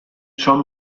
son